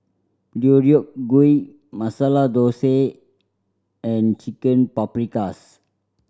Deodeok Gui Masala Dosa and Chicken Paprikas